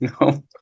no